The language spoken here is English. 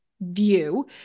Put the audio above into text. view